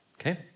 okay